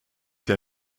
der